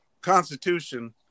Constitution